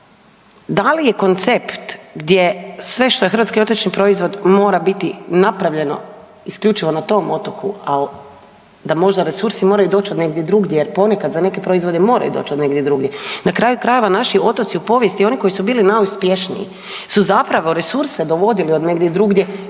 da li je koncept gdje sve što je Hrvatski otočni proizvod mora biti napravljeno isključivo na tom otoku, ali da možda resursi moraju doći od negdje drugdje jer ponekad, za neke proizvode moraju doći od negdje drugdje. Na kraju krajeva, naši otoci u povijesti, oni koji su bili najuspješniji su zapravo resurse dovodili od negdje drugdje